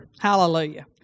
Hallelujah